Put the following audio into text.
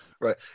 Right